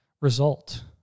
result